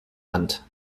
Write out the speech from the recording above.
wand